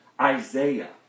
Isaiah